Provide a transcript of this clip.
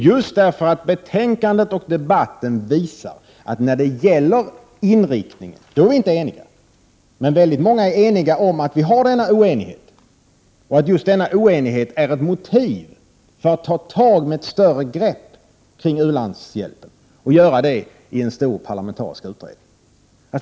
Betänkandet och debatten visar just att när det gäller inriktningen är vi inte eniga. Väldigt många är eniga om att vi har denna oenighet och att just denna oenighet är ett motiv för att ta tag med ett större grepp kring u-landshjälpen och göra det i en stor parlamentarisk utredning.